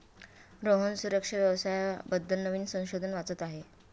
रोहन सुरक्षा व्यवसाया बद्दल नवीन संशोधन वाचत आहे